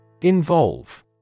Involve